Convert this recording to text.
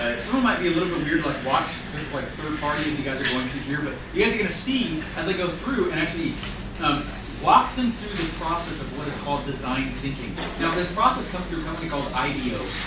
ah some of it might be a little bit weird, like watch, just like third party as you guys are going to hear, but you guys are gonna see as i go through and actually walk them through the process of what is called design thinking. now, this process comes through a company called ideo.